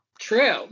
True